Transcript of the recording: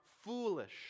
foolish